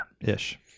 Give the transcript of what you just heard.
Ish